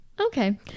Okay